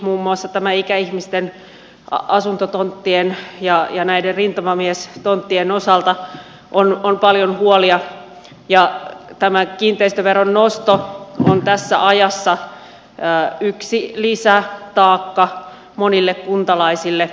muun muassa näiden ikäihmisten asuntotonttien ja näiden rintamamiestonttien osalta on paljon huolia ja tämä kiinteistöveron nosto on tässä ajassa yksi lisätaakka monille kuntalaisille